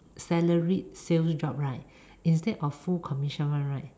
salaried sales job right instead of full commission one right